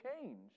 change